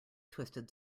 twisted